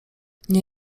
nie